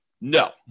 No